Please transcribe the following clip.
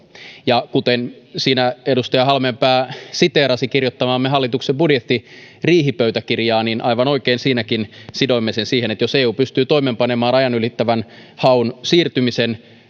ja kuten siinä edustaja halmeenpää siteerasi kirjoittamaamme hallituksen budjettiriihipöytäkirjaa niin aivan oikein siinäkin sidoimme sen siihen että jos eu pystyy toimeenpanemaan rajan ylittävän haun siirtymisen